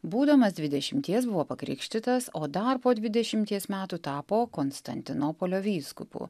būdamas dvidešimties buvo pakrikštytas o dar po dvidešimties metų tapo konstantinopolio vyskupu